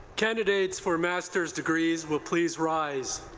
candidates for master's degrees will please rise.